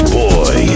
boy